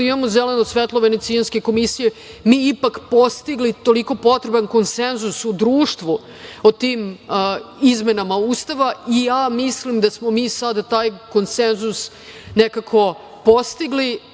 imamo zeleno svetlo Venecijanske komisije, mi ipak postigli toliko potreban konsenzus u društvu o tim izmenama Ustava. Mislim da smo mi sada taj konsenzus nekako postigli,